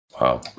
Wow